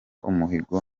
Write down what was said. umuhigo